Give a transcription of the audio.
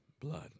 blood